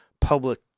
public